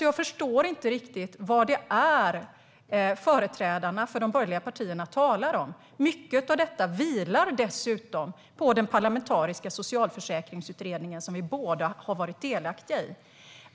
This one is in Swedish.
Jag förstår därför inte riktigt vad företrädarna för de borgerliga partierna talar om. Mycket av detta vilar dessutom på den parlamentariska socialförsäkringsutredningen som vi båda har varit delaktiga i.